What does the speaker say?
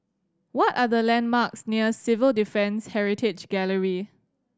what are the landmarks near Civil Defence Heritage Gallery